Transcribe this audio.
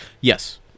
Yes